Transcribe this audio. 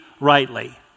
rightly